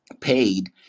paid